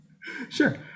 Sure